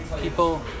people